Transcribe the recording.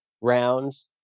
rounds